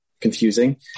confusing